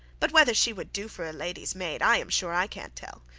but whether she would do for a lady's maid, i am sure i can't tell.